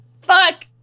fuck